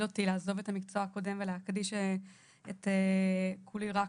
אותי לעזוב את המקצוע שלי הקודם ולהקדיש את כולי רק